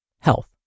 health